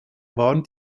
waren